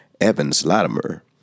Evans-Latimer